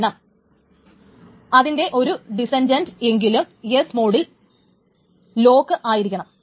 കാരണം അതിന്റെ ഒരു ഡിസ്സന്റൻന്റ് എങ്കിലും S ലോക്കിൽ ആയിരിക്കണം